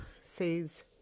says